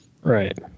Right